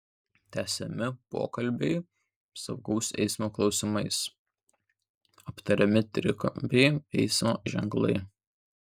tęsiami pokalbiai saugaus eismo klausimais aptariami trikampiai eismo ženklai